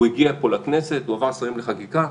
הוא עבר שרים לחקיקה,